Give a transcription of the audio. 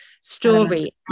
story